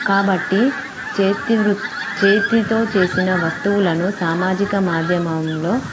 కాబట్టి చేతివృత్ చేతితో చేసిన వస్తువులను సామాజిక మాధ్యమంలో